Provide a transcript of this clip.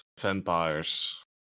vampires